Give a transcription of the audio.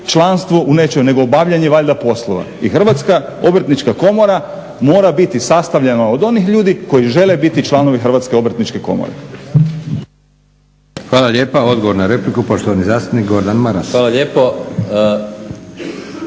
članstvo u nečem nego obavljanje valjda poslova i Hrvatska obrtnička komora mora biti sastavljena od onih ljudi koji žele biti članovi Hrvatske obrtničke komore. **Leko, Josip (SDP)** Hvala lijepa. Odgovor na repliku, poštovani ministar Gordan Maras. **Maras,